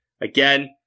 Again